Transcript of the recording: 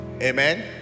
Amen